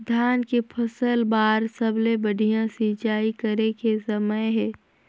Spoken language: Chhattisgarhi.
धान के फसल बार सबले बढ़िया सिंचाई करे के समय हे?